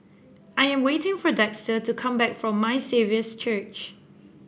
I am waiting for Dexter to come back from My Saviour's Church